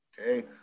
Okay